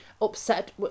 upset